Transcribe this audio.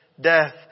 death